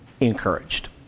encouraged